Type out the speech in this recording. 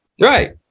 Right